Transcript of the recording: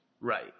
Right